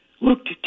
looked